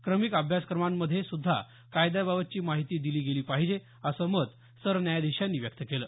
क्रमिक अभ्यासक्रमामध्ये सुद्धा कायद्याबाबतची माहिती दिली गेली पाहिजे असं मत सरन्यायाधिशांनी व्यक्त केलं